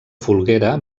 folguera